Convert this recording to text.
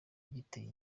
gitera